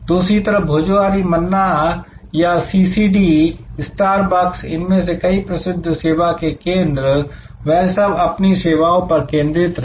दूसरी तरफ भोजोहोरी मन्ना या सीसीडी स्टारबक्स इनमें से कई प्रसिद्ध सेवा के केंद्र वह सब अपनी सेवाओं पर केंद्रित रहे